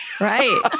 Right